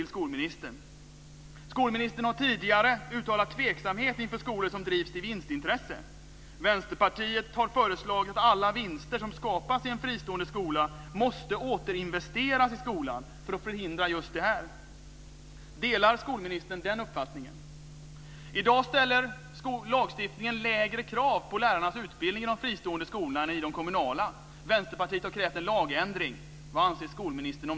Skolministern har tidigare uttalat tveksamhet inför skolor som drivs i vinstintresse. Vänsterpartiet har föreslagit att alla vinster som skapas i en fristående skola måste återinvesteras i skolan för att förhindra just detta. Delar skolministern den uppfattningen? I dag ställer lagstiftningen lägre krav på lärarnas utbildning i de fristående skolorna än i de kommunala. Vänsterpartiet har krävt en ändring i skollagen.